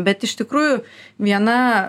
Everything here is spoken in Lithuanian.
bet iš tikrųjų viena